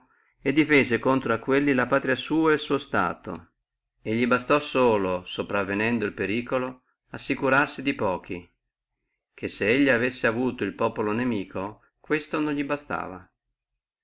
e difese contro a quelli la patria sua et il suo stato e li bastò solo sopravvenente il periculo assicurarsi di pochi ché se elli avessi avuto el populo inimico questo non li bastava